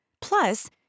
Plus